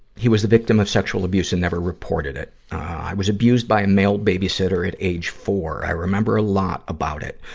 he was the victim of sexual abuse and never reported it. i was abused by a male babysitter at age four. i remember a lot about it.